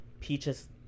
Peaches